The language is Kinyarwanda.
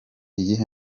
iyihe